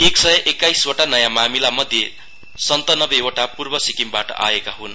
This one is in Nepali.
एक सय एक्काइसवटा नयाँ मामिलामध्ये सन्तनब्बेवटा पूर्व सिक्किमबाट आएका हुन्